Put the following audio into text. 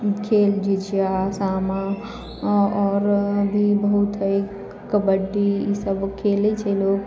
खेल झिझिया सामा आओर भी बहुत है कबड्डी ई सब खेलै छै लोक